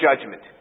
judgment